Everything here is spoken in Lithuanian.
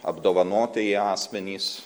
apdovanotieji asmenys